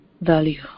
value